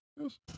Yes